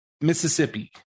Mississippi